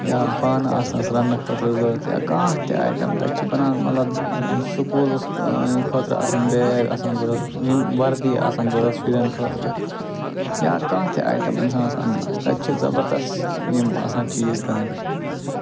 یا بانہٕ آسنَس رَنٕنہٕ خٲطرٕ ضروٗرت یا کانٛہہ تہِ آیٹم تَتہِ چھُ بَنان مطلب سکوٗلَس خٲطرٕ آسان بیگ آسان ضروٗرت یوٗنہِ وَردی آسان ضروٗرت شُرٮ۪ن خٲطرٕ یا کانٛہہ تہِ آیٹم اِنسانَس اَنُن آسہِ تَتہِ چھِ زَبردست یِم آسان چیٖز کٕنٕنۍ